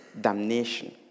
damnation